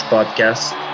Podcast